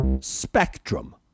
spectrum